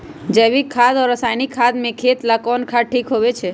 जैविक खाद और रासायनिक खाद में खेत ला कौन खाद ठीक होवैछे?